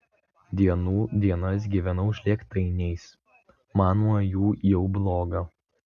dienų dienas gyvenau žlėgtainiais man nuo jų jau bloga